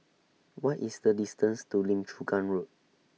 What IS The distance to Lim Chu Kang Road